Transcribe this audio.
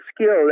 skill